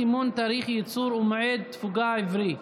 סימון תאריך ייצור ומועד תפוגה עברי),